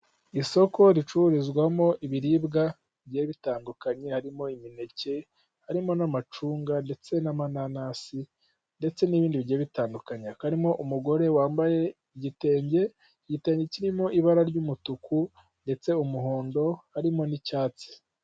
Isoko ricururizwamo ibiribwa bigiye bitandukanye: harimo imineke, harimo n'amacunga ndetse n'inanasi ndetse n'ibindi bigiye bitandukanye. Harimo umugore wambaye igitenge kirimo ibara ry'umutuku ndetse n'umuhondo harimo n'icyatsi.